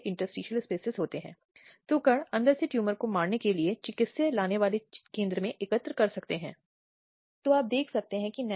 जबकि इससे पहले यह एक बहुत ही अप्रभावी अनुच्छेद कहा जाता था इसमें किसी भी प्रकार के अपराध के लिए सजा बहुत कम थी